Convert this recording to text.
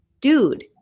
dude